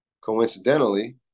coincidentally